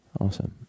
awesome